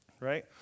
right